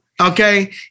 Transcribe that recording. okay